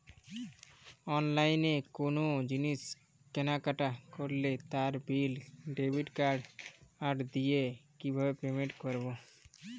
অনলাইনে কোনো জিনিস কেনাকাটা করলে তার বিল ডেবিট কার্ড দিয়ে কিভাবে পেমেন্ট করবো?